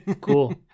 cool